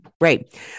Right